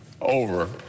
over